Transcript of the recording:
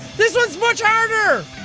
this one is much harder!